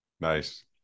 Nice